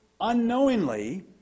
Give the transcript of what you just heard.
unknowingly